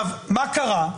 מה קרה,